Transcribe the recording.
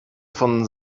von